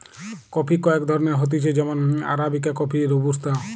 coffee কয়েক ধরণের হতিছে যেমন আরাবিকা কফি, রোবুস্তা